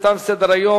שעות עבודה ומנוחה.